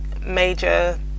major